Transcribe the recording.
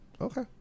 okay